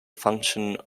function